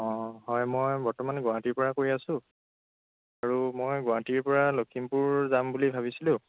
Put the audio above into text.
অঁ হয় মই বৰ্তমান গুৱাহাটীৰ পৰা কৈ আছোঁ আৰু মই গুৱাহাটীৰ পৰা লখিমপুৰ যাম বুলি ভাবিছিলোঁ